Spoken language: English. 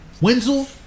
Wenzel